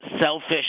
selfish